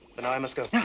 but now i must go.